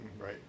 Right